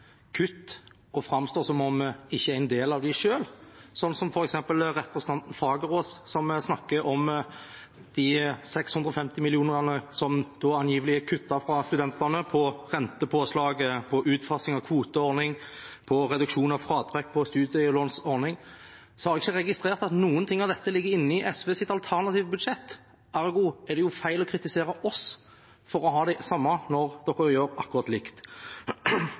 kutt og framstår som om man ikke er en del av dem selv, som f.eks. representanten Fagerås, som snakker om de 650 mill. kr som angivelig er kuttet for studentene, når det gjelder rentepåslaget, utfasing av kvoteordning og reduksjon av fratrekk i studielånsordningen. Jeg har ikke registrert at noe av dette ligger inne i SVs alternative budsjett, ergo er det feil å kritisere oss for det når de gjør akkurat likt.